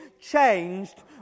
changed